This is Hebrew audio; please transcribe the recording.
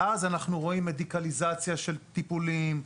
אז אנחנו רואים מדיקליזציה של טיפולים,